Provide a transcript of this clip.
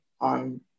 on